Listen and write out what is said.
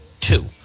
two